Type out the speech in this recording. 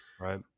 Right